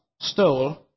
stole